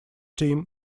team